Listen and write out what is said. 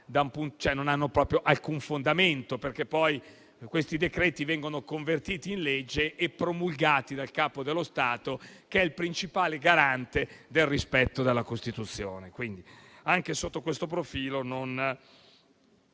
non ha alcun fondamento. Infatti, questi decreti vengono convertiti in legge e promulgati dal Capo dello Stato, che è il principale garante del rispetto della Costituzione.